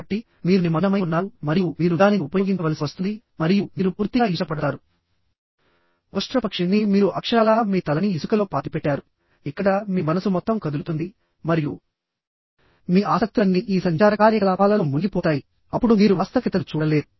కాబట్టి మీరు నిమగ్నమై ఉన్నారు మరియు మీరు దానిని ఉపయోగించవలసి వస్తుంది మరియు మీరు పూర్తిగా ఇష్టపడతారు ఉష్ట్రపక్షి ని మీరు అక్షరాలా మీ తలని ఇసుకలో పాతిపెట్టారుఇక్కడ మీ మనసు మొత్తం కదులుతుంది మరియు మీ ఆసక్తులన్నీ ఈ సంచార కార్యకలాపాలలో మునిగిపోతాయి అప్పుడు మీరు వాస్తవికతను చూడలేరు